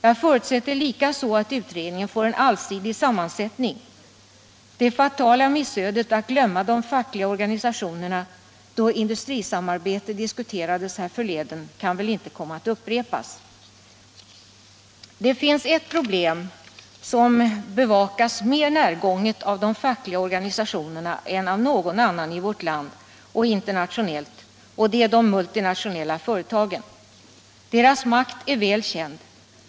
Jag förutsätter likaså att utredningen får en allsidig sammansättning. Det fatala missödet att glömma de fackliga organisationerna då industrisamarbetet diskuterades härförleden kan väl inte komma att upprepas. Det finns ett problem som bevakas mer närgånget av de fackliga organisationerna än av någon i vårt land och internationellt, och det gäller de multinationella företagen. Deras makt är väl känd.